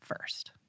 first